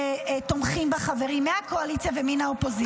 שתומכים בה חברים מהקואליציה ומן האופוזיציה,